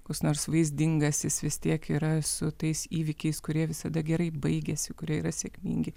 koks nors vaizdingas jis vis tiek yra su tais įvykiais kurie visada gerai baigiasi kurie yra sėkmingi